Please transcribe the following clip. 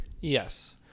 Yes